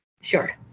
Sure